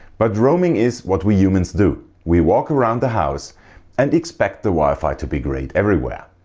but roaming is what we humans do we walk around the house and expect the wi-fi to be great everywhere.